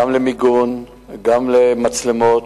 גם למיגון וגם למצלמות.